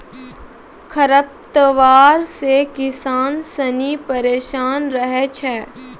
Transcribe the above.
खरपतवार से किसान सनी परेशान रहै छै